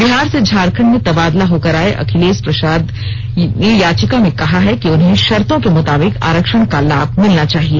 बिहार से झारखंड में तबादला होकर आए अखिलेश प्रसाद ने याचिका में कहा है कि उन्हें शर्तों के मुताबिक आरक्षण का लाभ मिलना चाहिए